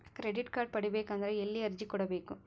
Credit card ಪಡಿಬೇಕು ಅಂದ್ರ ಎಲ್ಲಿ ಅರ್ಜಿ ಕೊಡಬೇಕು?